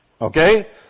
okay